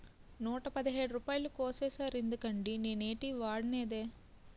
నూట పదిహేడు రూపాయలు కోసీసేరెందుకండి నేనేటీ వోడనేదే